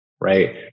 right